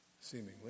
Seemingly